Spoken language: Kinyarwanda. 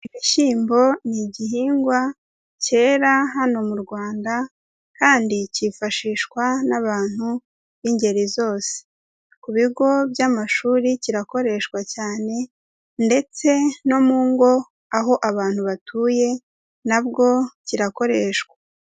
Ibishyimbo ni igihingwa cyera hano mu Rwanda kandi cyifashishwa n'abantu b'ingeri zose, ku bigo by'amashuri kirakoreshwa cyane ndetse no mu ngo aho abantu batuye nabwo kirakoreshwa.